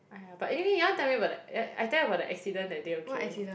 aiyah but anyway you want to tell me about the yeah I tell you about the accident that day okay